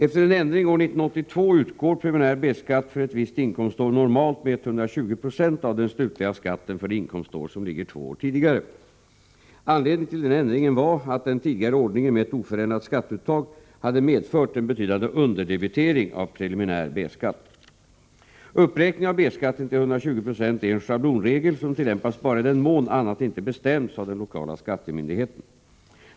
Efter en ändring år 1982 utgår preliminär B-skatt för ett visst inkomstår normalt med 120 96 av den slutliga skatten för det inkomstår som ligger två år tidigare. Anledningen till denna ändring var att den tidigare ordningen med ett oförändrat skatteuttag hade medfört en betydande underdebitering av preliminär B-skatt. Uppräkningen av B-skatten till 120 96 är en schablonregel som tillämpas bara i den mån annat inte bestämts av den lokala skattemyndigheten.